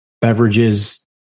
beverages